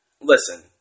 Listen